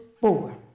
four